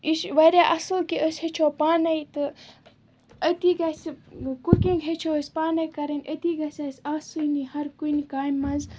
یہِ چھُ واریاہ اَصٕل کہِ أسۍ ہیٚچھو پانَے تہٕ أتی گژھِ کُکِنٛگ ہیٚچھو أسۍ پانَے کَرٕنۍ أتۍ گژھِ اَسہِ آسٲنی ہَر کُنہِ کامہِ منٛز